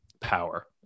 power